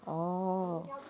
oh